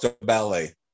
ballet